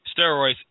steroids